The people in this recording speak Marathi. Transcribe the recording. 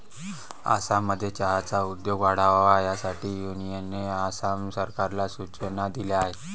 आसाममध्ये चहाचा उद्योग वाढावा यासाठी युनियनने आसाम सरकारला सूचना दिल्या आहेत